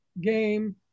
game